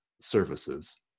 services